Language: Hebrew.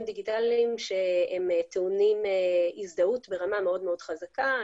דיגיטליים שטעונים הזדהות ברמה מאוד מאוד חזקה,